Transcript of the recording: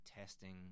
testing